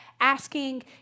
asking